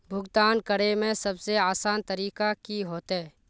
भुगतान करे में सबसे आसान तरीका की होते?